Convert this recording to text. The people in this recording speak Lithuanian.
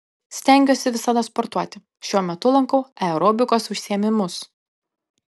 stengiuosi visada sportuoti šiuo metu lankau aerobikos užsiėmimus